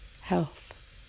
health